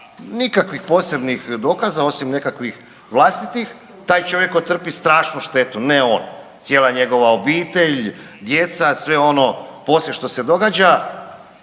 nikakvih posebnih dokaza osim nekakvih vlastitih, taj čovjek ko trpi strašnu štetu, ne on, cijela njegova obitelj, djeca, sve ono poslije što se događa,